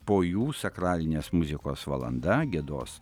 po jų sakralinės muzikos valanda giedos